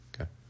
okay